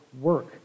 work